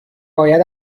باید